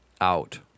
out